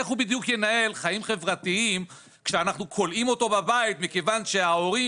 איך הוא בדיוק ינהל חיים חברתיים כשאנחנו כולאים אותו בבית מכיוון שההורים